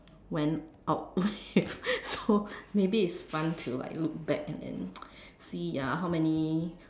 went out so maybe it's fun to like look back and then see uh how many